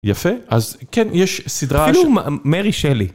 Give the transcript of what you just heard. יפה אז כן יש סדרה ש... אפילו מרי שלי.